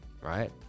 right